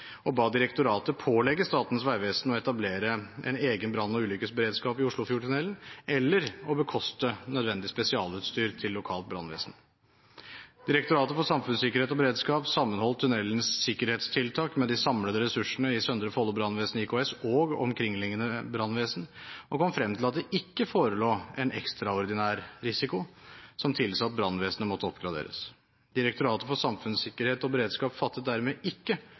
og ba direktoratet pålegge Statens vegvesen å etablere en egen brann- og ulykkesberedskap i Oslofjordtunnelen eller å bekoste nødvendig spesialutstyr til lokalt brannvesen. Direktoratet for samfunnssikkerhet og beredskap sammenholdt tunnelens sikkerhetstiltak med de samlede ressursene i Søndre Follo Brannvesen IKS og omkringliggende brannvesen og kom frem til at det ikke forelå en ekstraordinær risiko som tilsa at brannvesenet måtte oppgraderes. Direktoratet for samfunnssikkerhet og beredskap fattet dermed ikke